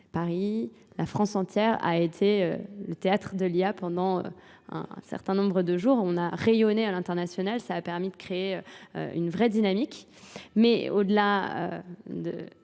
Paris, la France entière a été le théâtre de l'IA pendant un certain nombre de jours. On a rayonné à l'internationale, ça a permis de créer une vraie dynamique. Mais au-delà de